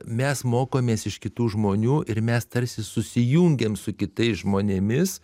mes mokomės iš kitų žmonių ir mes tarsi susijungiam su kitais žmonėmis